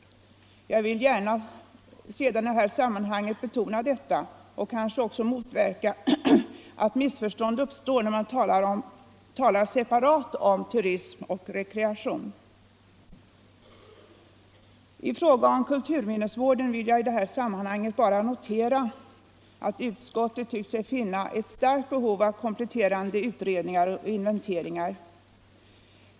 Jag vill gärna i det här sammanhanget betona detta och kanske också motverka att missförstånd uppstår när man talar separat om turism och rekreation. I fråga om kulturminnesvård vill jag bara notera att utskottet tyckt sig finna ett starkt behov av kompletterande utredningar och inventeringar.